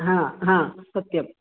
हा हा सत्यम्